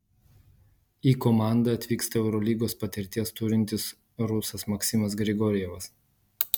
į komandą atvyksta eurolygos patirties turintis rusas maksimas grigorjevas